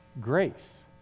grace